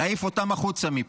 להעיף אותם החוצה מפה.